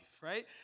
right